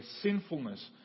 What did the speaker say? sinfulness